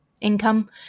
income